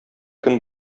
көн